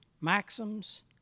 maxims